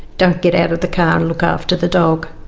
don't get out of the car, and look after the dog.